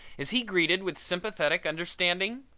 is he greeted with sympathetic understanding?